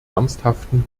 ernsthaften